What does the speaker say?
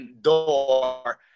door